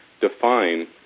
define